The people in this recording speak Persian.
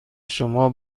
شما